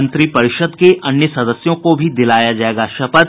मंत्रिपरिषद के अन्य सदस्यों को भी दिलाया जायेगा शपथ